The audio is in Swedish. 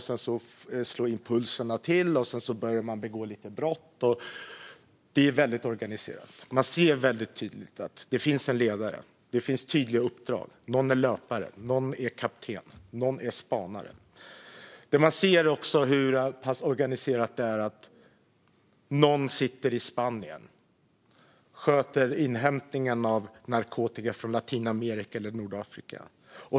Så slår impulserna till, och så börjar man begå brott. Men det här är väldigt organiserat. Man ser väldigt tydligt att det finns en ledare. Det finns tydliga uppdrag. Någon är löpare. Någon är kapten. Någon är spanare. Någon sitter i Spanien och sköter inhämtningen av narkotika från Latinamerika eller Nordafrika.